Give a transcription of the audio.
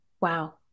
Wow